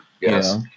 Yes